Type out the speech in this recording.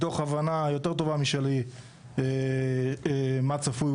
מתוך הבנה יותר טוב משלי מה צפוי,